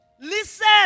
Listen